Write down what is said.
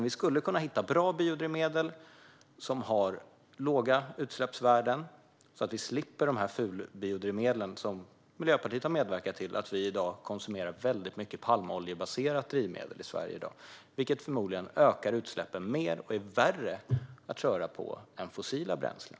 Vi skulle kunna hitta bra biodrivmedel som har låga utsläppsvärden så att vi slipper de fulbiodrivmedel som Miljöpartiet har medverkat till. I dag konsumerar vi väldigt mycket palmoljebaserat drivmedel i Sverige, vilket förmodligen ökar utsläppen mer och som är värre att köra på än fossila bränslen.